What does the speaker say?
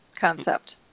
concept